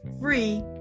free